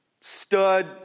stud